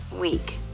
week